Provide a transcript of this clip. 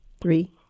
Three